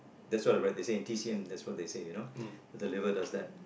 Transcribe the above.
that's what I read they say in T_C_M that's what they say you know that the liver does that